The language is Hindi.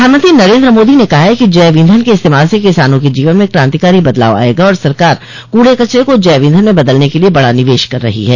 प्रधानमंत्री नरेंद्र मोदी ने कहा है कि जैव ईधन के इस्तेमाल से किसानों के जीवन में क्रांतिकारी बदलाव आयेगा और सरकार कूडे कचरे को जैव ईधन में बदलने के लिए बड़ा निवेश कर रही है